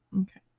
okay